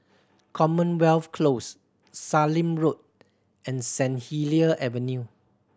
Commonwealth Close Sallim Road and Saint Helier Avenue